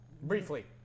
Briefly